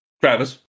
Travis